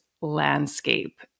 landscape